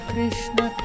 Krishna